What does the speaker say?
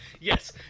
Yes